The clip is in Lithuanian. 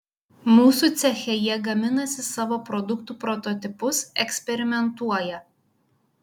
mūsų ceche jie gaminasi savo produktų prototipus eksperimentuoja